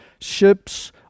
ships